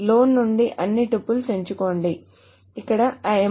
loan నుండి అన్ని tuples ఎంచుకోండి ఇక్కడ ఈ అమౌంట్ 100